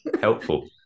Helpful